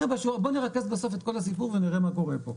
בואו נרכז בסוף את כל הסיפור ונראה מה קורה פה.